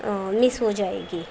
مس ہو جائے گی